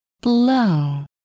Blow